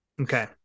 Okay